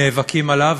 נאבקים עליו,